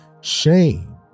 Shame